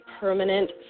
permanent